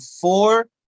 four